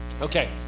Okay